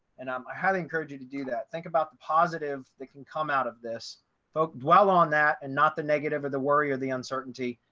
and um i had encouraged you to do that. think about the positive that can come out of this focus dwell on that and not the negative or the worry or the uncertainty.